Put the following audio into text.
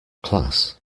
class